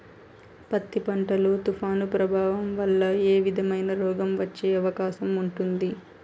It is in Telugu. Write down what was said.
పత్తి పంట లో, తుఫాను ప్రభావం వల్ల ఏ విధమైన రోగం వచ్చే అవకాశం ఉంటుంది?